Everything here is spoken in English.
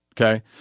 Okay